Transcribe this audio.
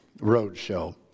Roadshow